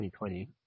2020